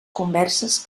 converses